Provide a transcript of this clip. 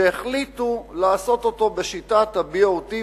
שהחליטו לעשות אותו בשיטת ה-BOT,